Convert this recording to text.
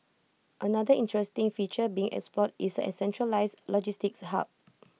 another interesting feature being explored is A centralised logistics hub